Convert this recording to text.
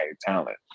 talent